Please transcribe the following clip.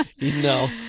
No